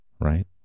Right